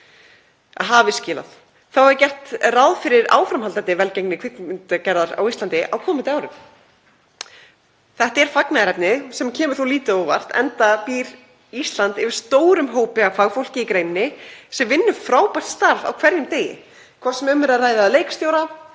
síðasta ári. Þá er gert ráð fyrir áframhaldandi velgengni kvikmyndagerðar á Íslandi á komandi árum. Það er fagnaðarefni sem kemur þó lítið á óvart enda býr Ísland yfir stórum hópi af fagfólki í greininni sem vinnur frábært starf á hverjum degi, hvort sem um er að ræða leikstjóra,